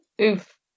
Oof